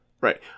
right